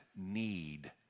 need